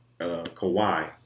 Kawhi